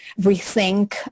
rethink